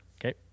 Okay